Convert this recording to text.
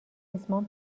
ریسمان